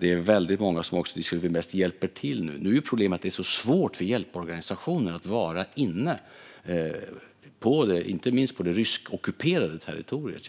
Det är väldigt många som också vill hjälpa till nu. Problemet är att det är så svårt för hjälporganisationer att vara på plats, inte minst inne på det ryskockuperade territoriet.